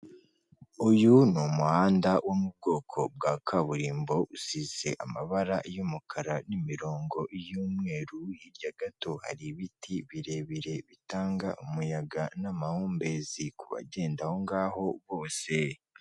Uyu ni umuhanda wo mu bwoko bwa kaburimbo, usize amabara y'umukara n'imirongo y'umweru, hirya gato hari ibiti birebire bitanga umuyaga n'amahumbezi ku bagenda aho ngaho bose.